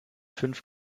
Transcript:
fünf